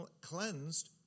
cleansed